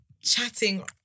chatting